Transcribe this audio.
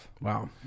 Wow